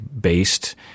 based